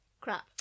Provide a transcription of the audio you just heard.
Crap